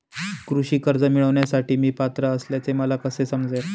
कृषी कर्ज मिळविण्यासाठी मी पात्र असल्याचे मला कसे समजेल?